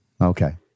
Okay